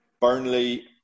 Burnley